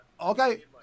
okay